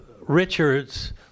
Richard's